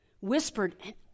whispered